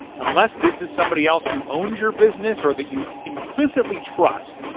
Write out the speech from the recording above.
unless this is somebody else who owns your business or that you implicitly trust,